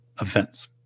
events